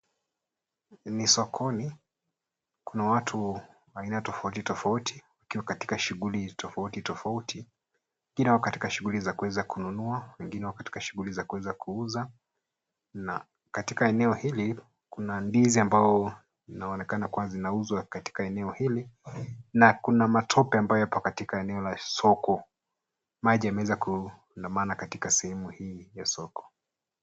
Ni sokoni kuna watu aina tofauti tofauti, wakiwa katika shughuli tofauti tofauti kila katika shughuli za kuweza kununua wengine katika shughuli za kuweza kuuza na katika eneo hili kuna ndizi ambao zinaonekana kuwa zinauzwa katika eneo hili na kuna matope ambayo ipo katika eneo hili la soko maji yameweza kuagamana katika eneo hili la soko.